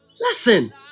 Listen